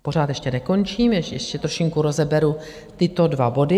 Pořád ještě nekončím, ještě trošinku rozeberu tyto dva body.